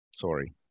sorry